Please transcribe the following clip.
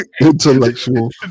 intellectual